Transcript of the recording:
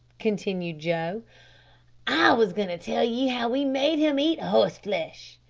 continued joe i wos goin' to tell ye how we made him eat horseflesh.